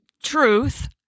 truth